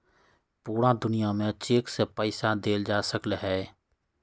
पूरा दुनिया में चेक से पईसा देल जा सकलई ह